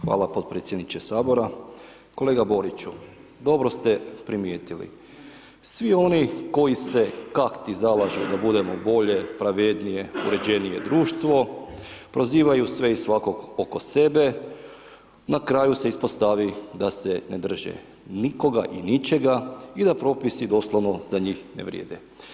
Hvala podpredsjedniče sabora, kolega Boriću, dobro ste primijetili svi oni koji se kakti zalažu da budemo bolje, pravednije, uređenije društvo, prozivaju sve i svakog oko sebe, na kraju se ispostavi da se ne drže nikoga i ničega i da propisi doslovno za njih ne vrijede.